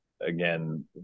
again